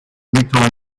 tend